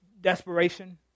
desperation